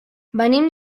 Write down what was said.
venim